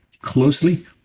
closely